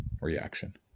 reaction